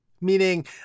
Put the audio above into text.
meaning